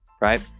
right